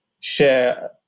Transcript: share